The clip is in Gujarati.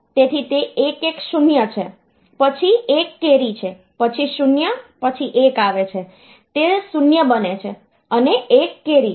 તેથી તે 110 છે પછી 1 કેરી છે પછી 0 પછી 1 આવે છે તે 0 બને છે અને 1 કેરી છે